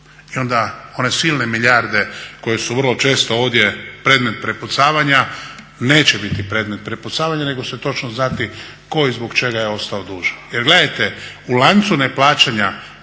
I onda one silne milijarde koje su vrlo često ovdje predmet prepucavanja neće biti predmet prepucavanja, nego se točno znati tko i zbog čega je ostao dužan. Jer gledajte, u lancu neplaćanja